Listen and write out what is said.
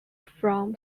from